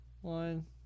one